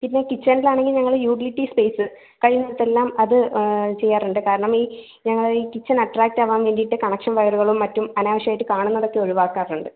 പിന്നെ കിച്ചണിലാണെങ്കിൽ ഞങ്ങൾ യൂഡിലിറ്റി സ്പെയ്സ് കഴിയുന്നിടത്തെല്ലാം അത് ചെയ്യാറുണ്ട് കാരണം ഈ ഞങ്ങൾ ഈ കിച്ചൺ അട്ട്രാക്റ്റാവാൻ വേണ്ടീട്ട് കണക്ഷൻ വയറുകളും മറ്റും അനാവശ്യമായിട്ട് കാണുന്നതൊക്കെ ഒഴിവാക്കാറുണ്ട്